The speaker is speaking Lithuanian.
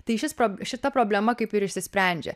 tai šis pro šita problema kaip ir išsisprendžia